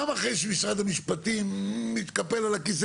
גם אחרי שמשרד המשפטים מתקפל על הכיסא